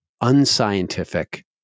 unscientific